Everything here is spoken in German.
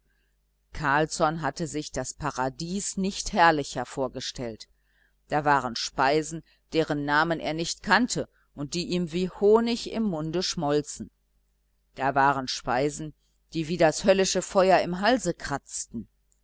carlsson hatte sich das paradies nicht herrlicher vorgestellt da waren speisen deren namen er nicht kannte und die ihm wie honig im munde schmolzen da waren speisen die wie das höllische feuer im halse kratzten